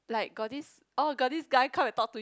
like got this oh got this guy come and talk to